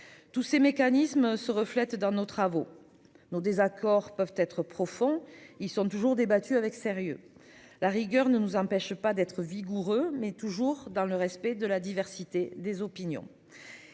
Tous ces mécanismes se reflète dans nos travaux, nos désaccords peuvent être profond. Ils sont toujours débattue avec sérieux la rigueur ne nous empêche pas d'être vigoureux mais toujours dans le respect de la diversité des opinions.